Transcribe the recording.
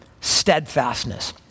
steadfastness